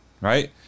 right